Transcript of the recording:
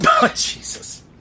Jesus